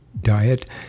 diet